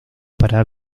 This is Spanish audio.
para